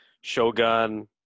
Shogun –